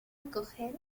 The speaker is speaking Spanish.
recoger